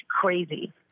crazy